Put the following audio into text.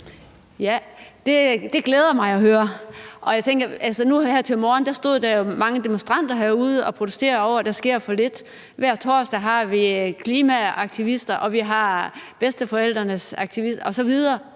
: Det glæder mig at høre. Nu her til morgen stod der jo mange demonstranter herude og protesterede over, at der sker for lidt. Hver torsdag har vi klimaaktivister, og vi har bedsteforældreaktivister osv.